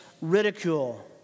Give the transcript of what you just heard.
ridicule